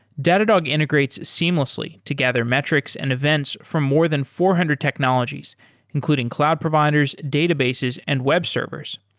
datadog integrates seamlessly to gather metrics and events from more than four hundred technologies including cloud providers, databases and webservers.